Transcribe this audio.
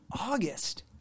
August